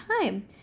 time